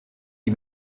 die